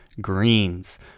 Greens